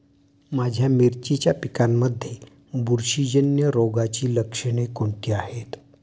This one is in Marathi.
माझ्या मिरचीच्या पिकांमध्ये बुरशीजन्य रोगाची लक्षणे कोणती आहेत?